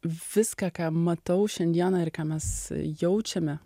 viską ką matau šiandieną ir ką mes jaučiame